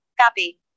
Copy